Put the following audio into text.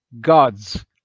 gods